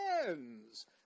friends